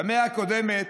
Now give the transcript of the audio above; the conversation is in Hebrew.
במאה הקודמת